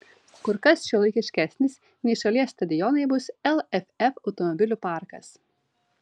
kur kas šiuolaikiškesnis nei šalies stadionai bus lff automobilių parkas